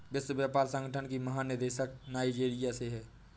विश्व व्यापार संगठन की महानिदेशक नाइजीरिया से है